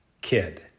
kid